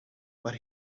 but